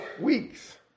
weeks